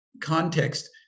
context